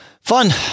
Fun